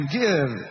give